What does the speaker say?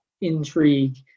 intrigue